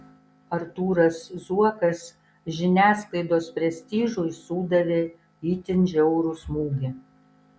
artūras zuokas žiniasklaidos prestižui sudavė itin žiaurų smūgį